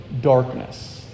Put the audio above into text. darkness